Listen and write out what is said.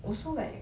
also like